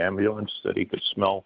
ambulance that he could smell